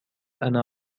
أنا